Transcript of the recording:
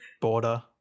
border